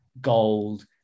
gold